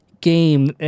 game